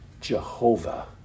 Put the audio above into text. Jehovah